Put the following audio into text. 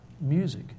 music